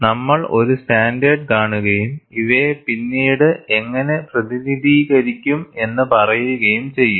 നമ്മൾ ഒരു സ്റ്റാൻഡേർഡ് കാണുകയും ഇവയെ പിന്നീട് എങ്ങനെ പ്രതിനിധീകരിക്കും എന്ന് പറയുകയും ചെയ്യും